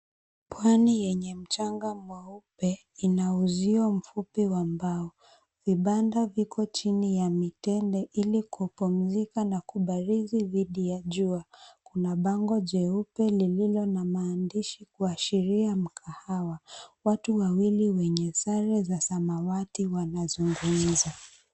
Pwani yenye mchanga mweupe ina uzio mfupi wa mbao. Vibanda viko chini ya mitende ili kupumzika na kubarizi dhidi ya jua. Kuna bango jeupe lililo na maandishi kuashiria mkahawa. Watu wawili wenye sare za samawati wanazungumza.